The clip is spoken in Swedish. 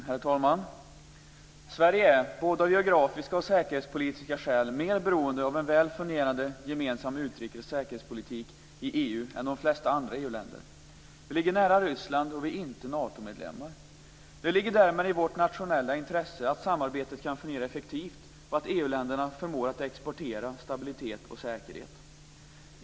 Fru talman! Sverige är av både geografiska och säkerhetspolitiska skäl mer beroende av en väl fungerande gemensam utrikes och säkerhetspolitik i EU än de flesta andra EU-länder. Vi ligger nära Ryssland, och vi är inte Natomedlemmar. Det ligger därmed i vårt nationella intresse att samarbetet kan fungera effektivt och att EU-länderna förmår att exportera stabilitet och säkerhet.